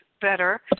better